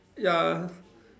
ya